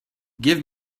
give